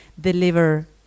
deliver